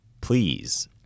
please